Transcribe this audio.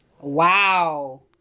Wow